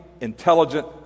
intelligent